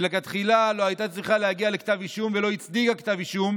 שלכתחילה לא הייתה צריכה להגיע לכתב אישום ולא הצדיקה כתב אישום